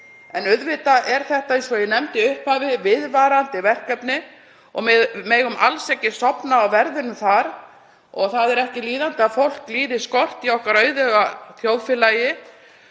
En auðvitað er þetta, eins og ég nefndi í upphafi, viðvarandi verkefni og við megum alls ekki sofna á verðinum. Það er ekki líðandi að fólk líði skort í okkar auðuga þjóðfélagi.